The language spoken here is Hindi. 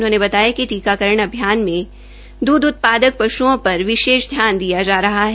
उन्होंने बताया कि टीकाकरण अभियान में दुग्ध पशुओं पर विशेष ध्यान दिया जा रहा है